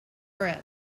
press